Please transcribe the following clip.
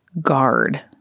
Guard